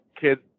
kids